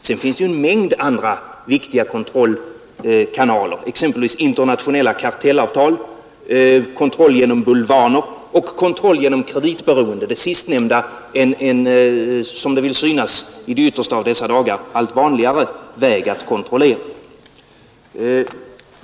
Sedan finns det en mängd andra viktiga kontrollkanaler, exempelvis internationella kartellavtal, kontroll genom bulvaner och kontroll genom kreditberoende — det sistnämnda en, som det vill synas i de yttersta av dessa dagar, allt vanligare väg för kontroll.